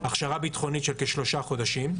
הכשרה ביטחונית של כשלושה חודשים,